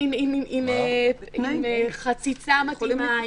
עם חציצה מתאימה,